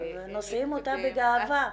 נושאים אותה בגאווה.